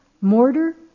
mortar